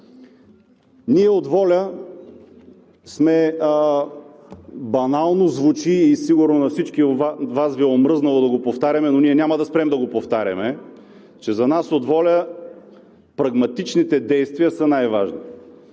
Ние от ВОЛЯ сме – банално звучи и сигурно на всички от Вас Ви е омръзнало да го повтаряме, но ние няма да спрем да го повтаряме, че за нас от ВОЛЯ прагматичните действия са най-важни.